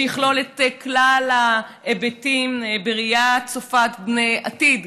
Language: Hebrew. שיכלול את כלל ההיבטים בראייה צופה פני עתיד,